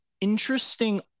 interesting